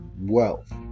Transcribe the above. wealth